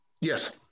Yes